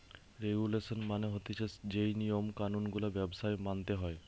regulation মানে হতিছে যেই নিয়ম কানুন গুলা ব্যবসায় মানতে হয়